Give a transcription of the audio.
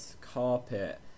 carpet